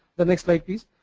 the next slide please.